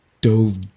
dove